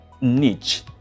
niche